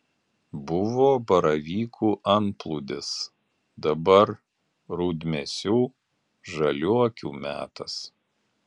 buvo baravykų antplūdis dabar rudmėsių žaliuokių metas